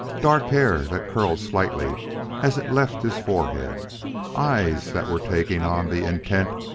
dark hair that curled slightly as it left his forehead eyes that were taking on the intent,